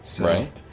Right